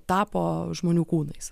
tapo žmonių kūnais